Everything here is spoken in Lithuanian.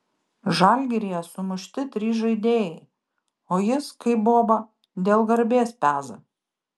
žalgiryje sumušti trys žaidėjai o jis kaip boba dėl garbės peza